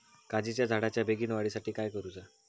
काजीच्या झाडाच्या बेगीन वाढी साठी काय करूचा?